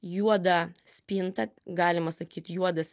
juodą spintą galima sakyt juodas